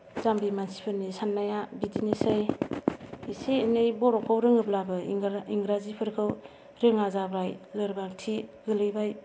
जाम्बि मानसिफोरनि सान्नाया बिदिनोसै इसे एनै बर'खौ रोङोब्लाबो इंराजीफोरखौ रोङा जाबाय लोरबांथि गोलैबाय